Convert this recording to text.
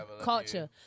culture